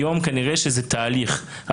היום כנראה שזה תהליך,